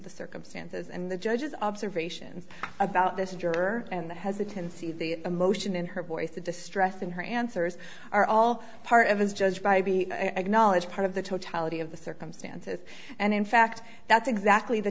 the circumstances and the judge's observations about this juror and the hesitancy the emotion in her voice the distress in her answers are all part of is judged by be acknowledged part of the totality of the circumstances and in fact that's exactly the